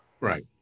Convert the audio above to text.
Right